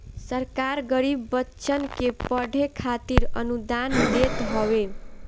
सरकार गरीब बच्चन के पढ़े खातिर अनुदान देत हवे